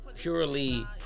purely